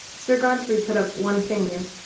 sir godfrey put up one finger.